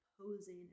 posing